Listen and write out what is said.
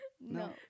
No